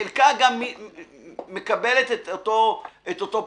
חלקה גם מקבלת את אותו פרצוף,